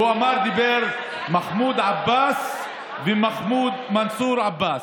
והוא אמר: מחמוד עבאס ומנסור עבאס.